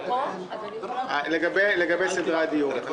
לגבי סדרי הדיון,